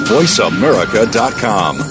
VoiceAmerica.com